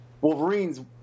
Wolverine's